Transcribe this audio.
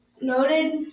noted